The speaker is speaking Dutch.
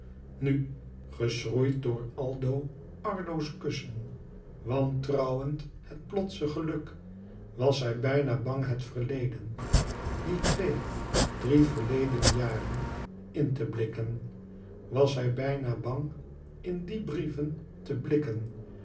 nu geschroeid door aldo ardo's kussen wantrouwend het plotse geluk was zij bijna bang het verleden die twee drie verledene jaren in te blikken was zij bijna bang in die brieven teblikken